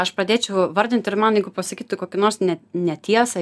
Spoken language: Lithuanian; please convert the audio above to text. aš pradėčiau vardint ir man jeigu pasakytų kokį nors ne ne tiesą